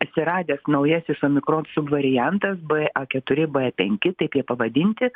atsiradęs naujasis omikron subvariantas b a keturi b penki taip jie pavadinti